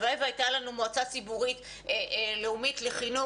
הלוואי שהייתה לנו מועצה ציבורית לאומית לחינוך,